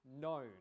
known